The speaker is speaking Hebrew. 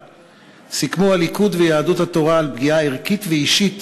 סיכמו הליכוד ויהדות התורה על פגיעה ערכית ואישית